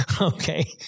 okay